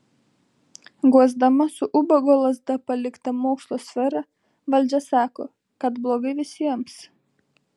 guosdama su ubago lazda paliktą mokslo sferą valdžia sako kad blogai visiems